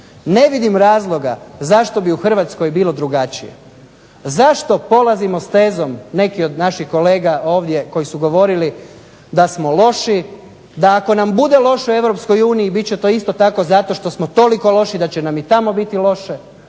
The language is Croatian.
Ne vidim razloga zašto bi u Hrvatskoj bilo drugačije. Zašto polazimo s tezom neki od naših kolega ovdje koji su govorili da smo loši, da ako nam bude loše u EU bit će to isto tako zato što smo toliko loši da će nam i tamo biti loše.